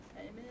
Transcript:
Amen